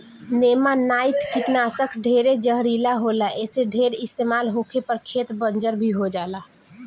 नेमानाइट कीटनाशक ढेरे जहरीला होला ऐसे ढेर इस्तमाल होखे पर खेत बंजर भी हो जाला